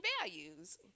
values